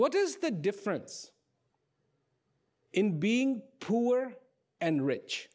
what is the difference in being poor and rich